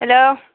hello